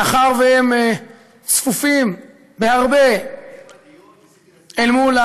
מאחר שהם צפופים בהרבה אל מול,